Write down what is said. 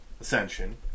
Ascension